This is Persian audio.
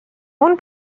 اون